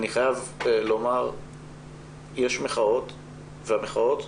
אני חייב לומר שיש מחאות והמחאות,